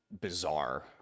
bizarre